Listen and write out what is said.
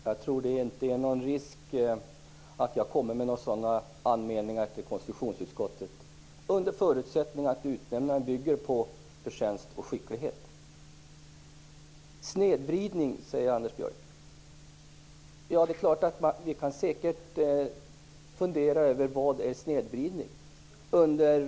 Fru talman! Jag tror inte att risken finns att jag kommer med sådana anmälningar till konstitutionsutskottet, under förutsättning att utnämningarna bygger på just förtjänst och skicklighet. Anders Björck talar om en snedvridning. Ja, vi kan säkert fundera över vad snedvridning är.